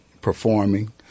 performing